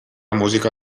música